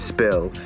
Spill